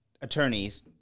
attorneys